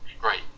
Great